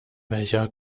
welcher